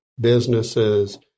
businesses